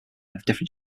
different